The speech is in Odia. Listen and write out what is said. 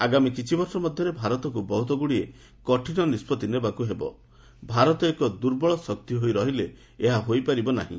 ଆଗାମୀ କିଛି ବର୍ଷ ମଧ୍ୟରେ ଭାରତକୁ ବହୁତଗୁଡ଼ିଏ କଠିନ ନିଷ୍ପଭି ନେବାକୁ ହେବ ଭାରତ ଏକ ଦୁର୍ବଳ ଶକ୍ତି ହୋଇ ରହିଲେ ଏହା ହୋଇପାରିବ ନାହିଁ